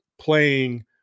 playing